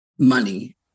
Money